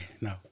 No